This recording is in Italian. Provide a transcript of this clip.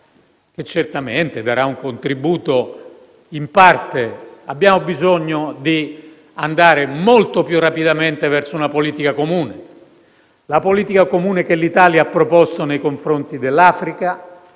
che certamente darà un contributo, almeno in parte. Abbiamo bisogno di andare molto più rapidamente verso una politica comune; penso alla politica comune che l'Italia ha proposto nei confronti dell'Africa.